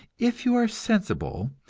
if you are sensible,